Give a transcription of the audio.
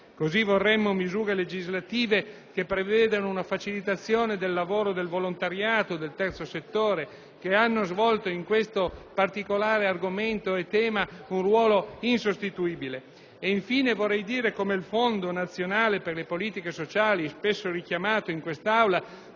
Così vorremmo misure legislative che prevedano una facilitazione del lavoro del volontariato e del terzo settore, che hanno svolto in questa particolare tematica un ruolo insostituibile. Infine, il Fondo nazionale per le politiche sociali richiamato in questa Aula